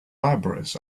libraries